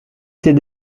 était